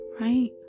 right